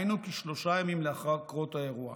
היינו כשלושה ימים לאחר קרות האירוע.